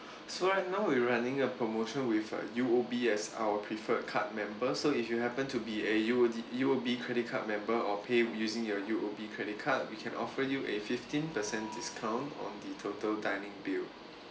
so right now we're running a promotion with uh U_O_B as our preferred card member so if you happen to be a U_O U_O_B credit card member or pay using your U_O_B credit card we can offer you a fifteen percent discount on the total dining bill